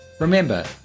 Remember